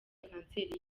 kanseri